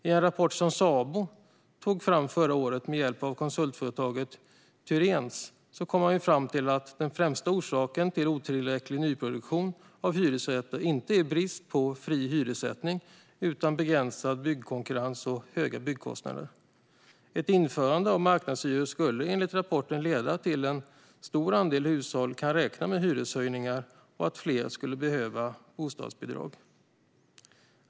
I en rapport som Sabo tog fram förra året, med hjälp av konsultföretaget Tyréns, kom man fram till att den främsta orsaken till otillräcklig nyproduktion av hyresrätter inte är brist på fri hyressättning utan begränsad byggkonkurrens och höga byggkostnader. Ett införande av marknadshyror skulle, enligt rapporten, leda till att en stor andel av hushållen kan räkna med hyreshöjningar och att fler skulle behöva bostadsbidrag.